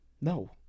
No